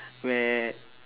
where